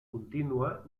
contínua